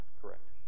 Correct